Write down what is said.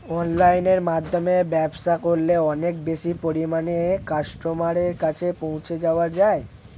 অনলাইনের মাধ্যমে ব্যবসা করলে অনেক বেশি পরিমাণে কাস্টমারের কাছে পৌঁছে যাওয়া যায়?